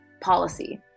policy